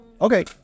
okay